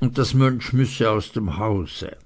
und das mönsch müsse aus dem hause